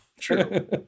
true